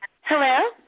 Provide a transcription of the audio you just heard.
Hello